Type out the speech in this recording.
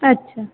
अच्छा